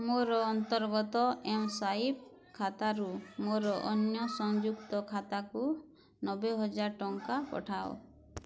ମୋର ଅନ୍ତର୍ଗତ ଏମ୍ସ୍ୱାଇପ୍ ଖାତାରୁ ମୋର ଅନ୍ୟ ସଂଯୁକ୍ତ ଖାତାକୁ ନବେ ହଜାର ଟଙ୍କା ପଠାଅ